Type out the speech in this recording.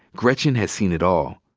gretchen has seen it all,